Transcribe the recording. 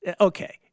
Okay